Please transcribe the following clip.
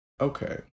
okay